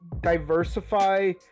diversify